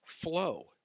flow